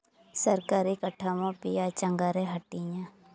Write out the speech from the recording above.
ᱥᱚᱨᱠᱟᱨᱤ ᱠᱟᱴᱷᱟᱢᱳ ᱯᱮᱭᱟ ᱪᱟᱸᱜᱟ ᱨᱮ ᱦᱟᱹᱴᱤᱧᱟ